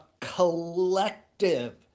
collective